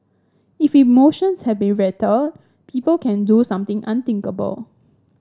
if emotions have been rattled people can do something unthinkable